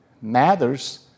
matters